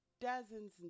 dozens